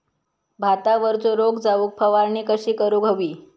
भातावरचो रोग जाऊक फवारणी कशी करूक हवी?